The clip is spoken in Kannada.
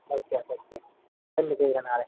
ಓಕೆ ಓಕೆ ಬನ್ನಿ ಬೇಗ ನಾಳೆ